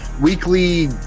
weekly